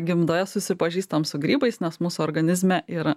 gimdoje susipažįstam su grybais nes mūsų organizme ir